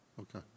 Okay